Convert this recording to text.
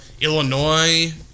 Illinois